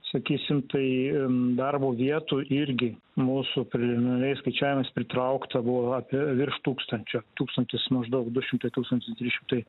sakysim tai darbo vietų irgi mūsų preliminariais skaičiavimais pritraukta buvo apie virš tūkstančio tūkstantis maždaug du šimtai tūkstantis trys šimtai